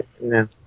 no